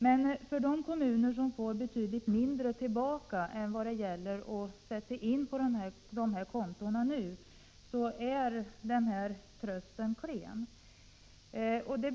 Men för de kommuner som får betydligt mindre tillbaka än vad de nu skall sätta in på dessa konton är denna tröst klen.